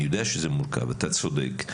אני יודע שזה מורכב, אתה צודק.